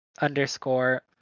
underscore